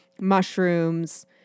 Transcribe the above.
mushrooms